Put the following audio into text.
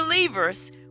Believers